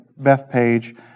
Bethpage